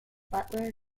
butler